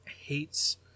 hates